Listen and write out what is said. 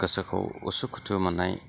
गोसोखौ उसुखुथु मोननाय